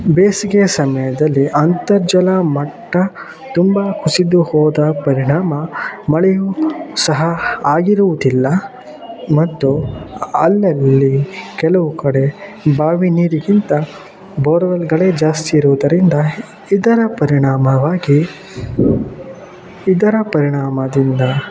ಬೇಸಿಗೆಯ ಸಮಯದಲಿ ಅಂತರ್ಜಲ ಮಟ್ಟ ತುಂಬಾ ಕುಸಿದು ಹೋದ ಪರಿಣಾಮ ಮಳೆಯು ಸಹ ಆಗಿರುವುದಿಲ್ಲ ಮತ್ತು ಅಲ್ಲಲ್ಲಿ ಕೆಲವು ಕಡೆ ಬಾವಿ ನೀರಿಗಿಂತ ಬೋರ್ವೆಲ್ಗಳೇ ಜಾಸ್ತಿ ಇರುವುದರಿಂದ ಇದರ ಪರಿಣಾಮವಾಗಿ ಇದರ ಪರಿಣಾಮದಿಂದ